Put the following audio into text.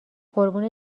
قربون